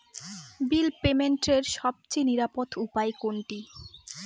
বিল পেমেন্টের সবচেয়ে নিরাপদ উপায় কোনটি?